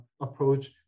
approach